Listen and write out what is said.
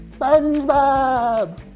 SpongeBob